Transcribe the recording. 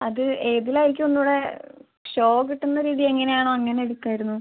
അത് ഏതിലായിരിക്കും ഒന്നൂടെ ഷോ കിട്ടുന്ന രീതി എങ്ങനെയാണോ അങ്ങനെ എടുക്കാമായിരുന്നു